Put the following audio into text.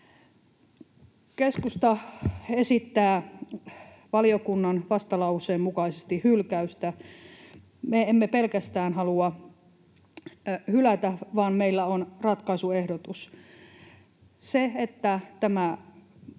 Keskusta esittää valiokunnan vastalauseen mukaisesti hylkäystä. Me emme pelkästään halua hylätä, vaan meillä on ratkaisuehdotus: Se, että tämä